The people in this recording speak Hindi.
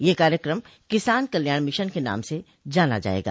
यह कार्यक्रम किसान कल्याण मिशन के नाम से जाना जाएगा